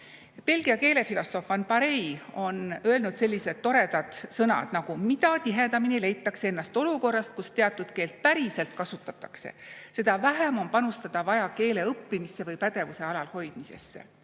Belgia keelefilosoof van Parijs on öelnud sellised toredad sõnad: "Mida tihedamini leitakse ennast olukorrast, kus teatud keelt päriselt kasutatakse, seda vähem on vaja panustada keele õppimisse või pädevuse alal hoidmisse."